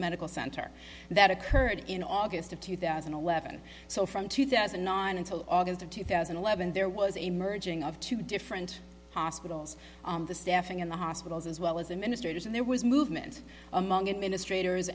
medical center that occurred in august of two thousand and eleven so from two thousand and nine until august of two thousand and eleven there was a merging of two different hospitals the staffing in the hospitals as well as administrators and there was movement among administrators